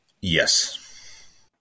Yes